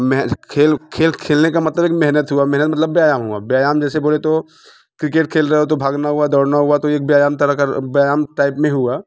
मैं खेल खेल खेलने का मतलब है कि मेहनत हुआ मेहनत मतलब व्यायाम हुआ व्यायाम जैसे बोले तो क्रिकेट खेल रहे हो तो भागना हुआ दौड़ना हुआ तो ये एक व्यायाम तरह का व्यायाम टाइप में हुआ